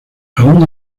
aún